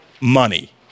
money